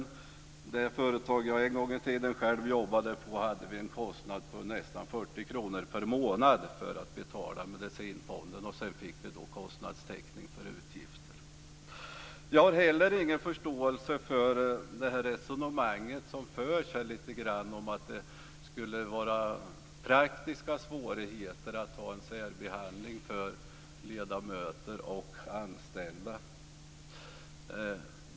I det företag där jag själv en gång i tiden jobbade hade vi en kostnad om nästan 40 kr per månad för medicinfonden och fick genom den kostnadstäckning för våra utgifter. Jag har inte heller någon förståelse för det resonemang som här förs om att det skulle finnas praktiska hinder mot en särbehandling av ledamöter och anställda.